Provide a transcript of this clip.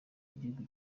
igihugu